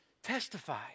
Testify